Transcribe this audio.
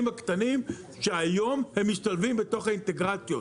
הקטנים שהיום הם משתלבים בתוך האינטגרציות,